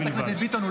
חברת הכנסת ביטון,